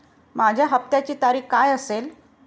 माझ्या हप्त्याची तारीख काय असेल?